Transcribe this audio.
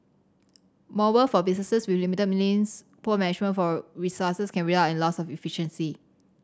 moreover for businesses with limited means poor management for resources can result in loss of efficiency